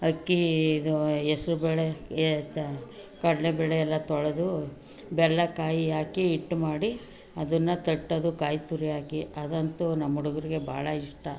ಅಕ್ಕಿ ಇದು ಹೆಸ್ರು ಬೇಳೆ ಎ ಕಡಲೆಬೇಳೆ ಎಲ್ಲ ತೊಳೆದು ಬೆಲ್ಲ ಕಾಯಿ ಹಾಕಿ ಹಿಟ್ಟು ಮಾಡಿ ಅದನ್ನು ತಟ್ಟೋದು ಕಾಯಿ ತುರಿ ಹಾಕಿ ಅದಂತೂ ನಮ್ಮ ಹುಡ್ಗರ್ಗೆ ಭಾಳ ಇಷ್ಟ